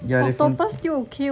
yeah you can